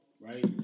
right